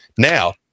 Now